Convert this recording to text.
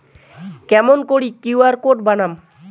কেমন করি QR code বানাম?